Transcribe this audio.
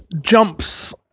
jumps